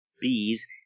bees